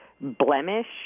blemish